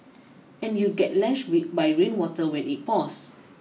and you'd get lashed by rainwater when it pours